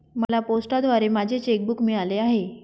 मला पोस्टाद्वारे माझे चेक बूक मिळाले आहे